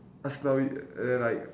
aslawi and then like